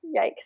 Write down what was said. yikes